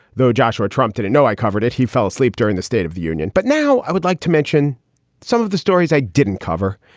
though. joshua trump didn't know i covered it. he fell asleep during the state of the union. but now i would like to mention some of the stories i didn't cover.